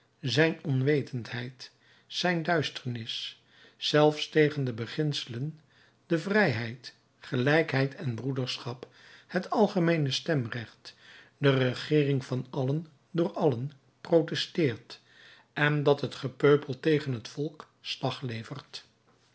zijn onwetendheid zijn duisternis zelfs tegen de beginselen de vrijheid gelijkheid en broederschap het algemeene stemrecht de regeering van allen door allen protesteert en dat het gepeupel tegen het volk slag levert